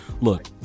look